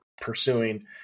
pursuing